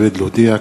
התשע"א 2010,